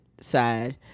side